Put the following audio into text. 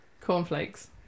Cornflakes